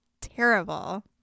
Terrible